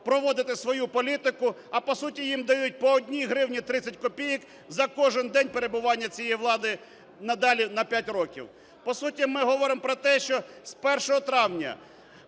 проводити свою політику, а по суті їм дають по 1 гривні 30 копійок за кожен день перебування цієї влади надалі на 5 років. По суті ми говоримо про те, що з 1 травня,